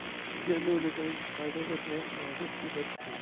जंहिंमें हुन खे फ़ाइदो बि थिए ऐं रिस्क बि घटि थिए